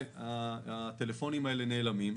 הטלפונים האלה נעלמים.